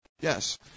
Yes